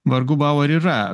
vargu bau ar yra